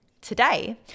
Today